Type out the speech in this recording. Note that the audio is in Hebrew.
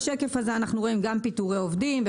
בשקף הזה אנחנו רואים גם פיטורי עובדים,